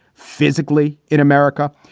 physically in america.